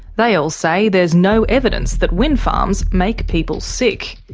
they all say there's no evidence that wind farms make people sick.